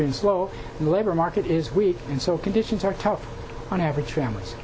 been slow in the labor market is weak and so conditions are tough on average families